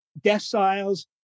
deciles